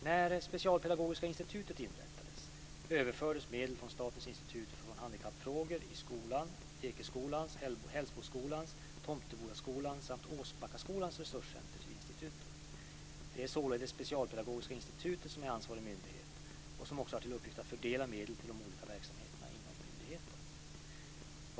När Specialpedagogiska institutet inrättades överfördes medel från Statens institut för handikappfrågor i skolan, Ekeskolans, Hällsboskolans, Tomtebodaskolans samt Åsbackaskolans resurscenter till institutet. Det är således Specialpedagogiska institutet som är ansvarig myndighet och som också har till uppgift att fördela medel till de olika verksamheterna inom myndigheten.